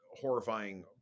horrifying